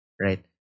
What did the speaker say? right